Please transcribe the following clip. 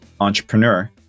entrepreneur